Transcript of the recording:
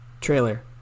trailer